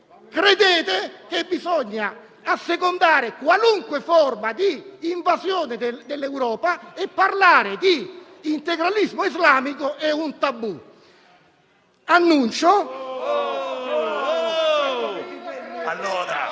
credete che occorra assecondare qualunque forma di invasione dell'Europa e che parlare di integralismo islamico sia un tabù. *(Vivaci